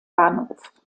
bahnhof